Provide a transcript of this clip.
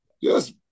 Yes